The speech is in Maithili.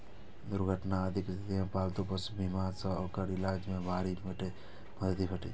दुर्घटना आदिक स्थिति मे पालतू पशु बीमा सं ओकर इलाज मे भारी मदति भेटै छै